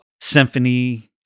symphony